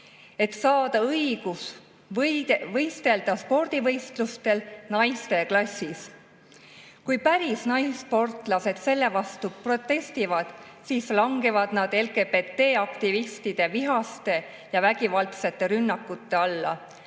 et saada õigus võistelda spordivõistlustel naiste klassis. Kui päris naissportlased selle vastu protestivad, siis langevad nad LGBT-aktivistide vihaste ja vägivaldsete rünnakute alla.